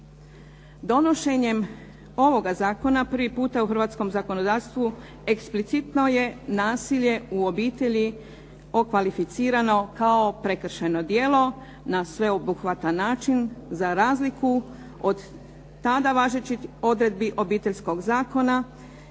Donošenjem ovoga zakona prvi puta u hrvatskom zakonodavstvu eksplicitno je nasilje u obitelji okvalificirano kao prekršajno djelo na sveobuhvatan način za razliku od tada važećih odredbi Obiteljskog zakona.